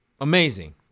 Amazing